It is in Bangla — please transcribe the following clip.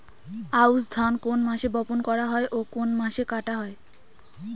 আউস ধান কোন মাসে বপন করা হয় ও কোন মাসে কাটা হয়?